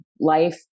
life